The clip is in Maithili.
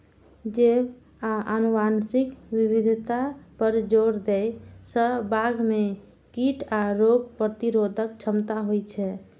जैव आ आनुवंशिक विविधता पर जोर दै सं बाग मे कीट आ रोग प्रतिरोधक क्षमता होइ छै